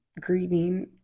grieving